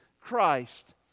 Christ